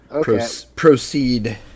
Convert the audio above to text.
proceed